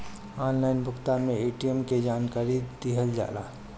Online भुगतान में ATM के जानकारी दिहल जाला?